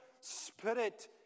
spirit